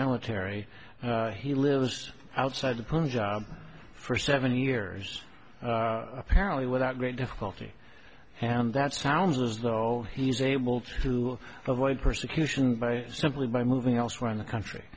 military he lives outside the punjab for seven years apparently without great difficulty and that sounds as though he's able to avoid persecution by simply by moving elsewhere in the country